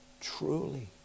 truly